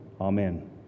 Amen